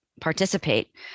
participate